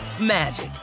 magic